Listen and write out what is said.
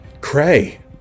Cray